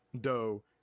dough